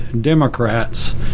Democrats